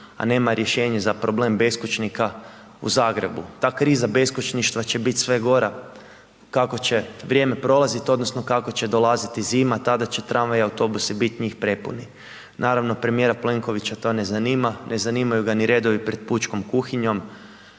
a nema rješenje za problem beskućnika u Zagrebu, ta kriza beskućništva će bit sve gora kako će vrijeme prolazit odnosno kako će dolaziti zima, tada će tramvaji i autobusi bit njih prepuni. Naravno, premijera Plenkovića to ne zanima, ne zanimaju ga ni redovi pred pučkom kuhinjom,